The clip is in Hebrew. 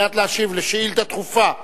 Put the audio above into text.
כדי להשיב על שאילתא דחופה,